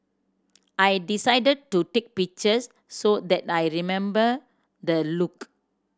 I decided to take pictures so that I remember the look